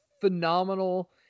phenomenal